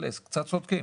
ובתכל'ס קצת צדקו.